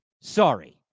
Sorry